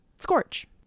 Scorch